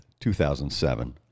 2007